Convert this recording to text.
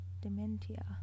Dementia